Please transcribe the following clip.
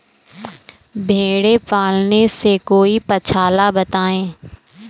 भेड़े पालने से कोई पक्षाला बताएं?